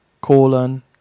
colon